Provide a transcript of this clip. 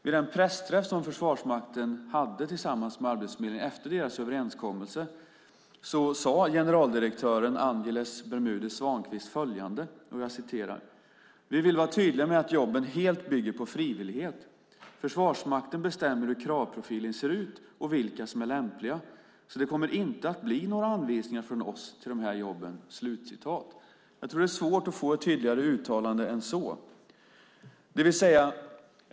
Vid den pressträff som Försvarsmakten hade tillsammans med Arbetsförmedlingen efter deras överenskommelse sade generaldirektören Angeles Bermudez Svankvist följande: Vi vill vara tydliga med att jobben helt bygger på frivillighet. Försvarsmakten bestämmer hur kravprofilen ser ut och vilka som är lämpliga. Det kommer inte att bli några anvisningar från oss till de här jobben. Jag tror att det är svårt att få ett tygligare uttalande än så.